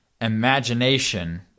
imagination